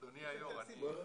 אדוני היושב ראש,